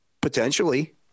Potentially